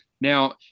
Now